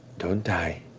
don't die.